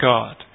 God